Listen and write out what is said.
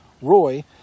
Roy